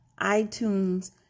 iTunes